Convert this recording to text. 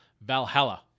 Valhalla